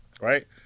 right